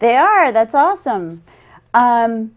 they are that's awesome